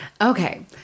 Okay